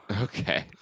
Okay